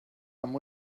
amb